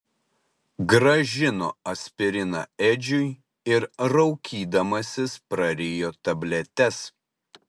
grąžino aspiriną edžiui ir raukydamasis prarijo tabletes